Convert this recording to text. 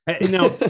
now